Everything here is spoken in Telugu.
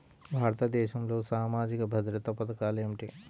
భారతదేశంలో సామాజిక భద్రతా పథకాలు ఏమిటీ?